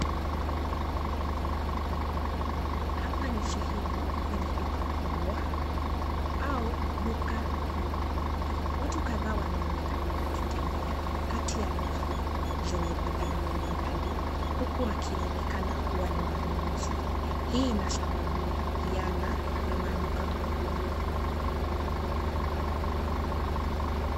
Hapa ni sehemu kwenye duka kubwa au duka kuu. Watu kadhaa wanaonekana wakitembea kati ya rafu zenye bidhaa mbalimbali huku wakionekana kuwa ni wanunuzi. Hii inasababihiana na maduka makubwa.